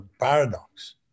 paradox